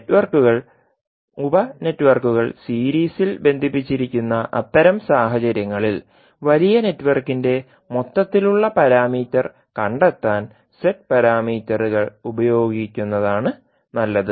നെറ്റ്വർക്കുകൾ ഉപ നെറ്റ്വർക്കുകൾ സീരീസിൽ ബന്ധിപ്പിച്ചിരിക്കുന്ന അത്തരം സാഹചര്യങ്ങളിൽ വലിയ നെറ്റ്വർക്കിന്റെ മൊത്തത്തിലുള്ള പാരാമീറ്റർ കണ്ടെത്താൻ z പാരാമീറ്ററുകൾ ഉപയോഗിക്കുന്നതാണ് നല്ലത്